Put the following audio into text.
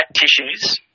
tissues